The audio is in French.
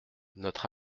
notre